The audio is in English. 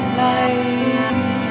life